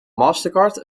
mastercard